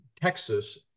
Texas